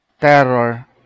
terror